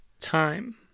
Time